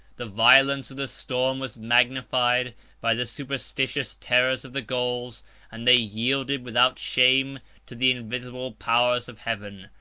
the violence of the storm was magnified by the superstitious terrors of the gauls and they yielded without shame to the invisible powers of heaven,